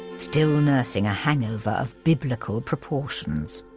still nursing a hangover of biblical proportions.